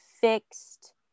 fixed